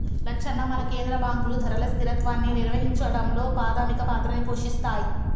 లచ్చన్న మన కేంద్ర బాంకులు ధరల స్థిరత్వాన్ని నిర్వహించడంలో పాధమిక పాత్రని పోషిస్తాయి